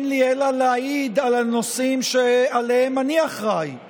אין לי אלא להעיד על הנושאים שעליהם אני אחראי,